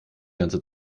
ganze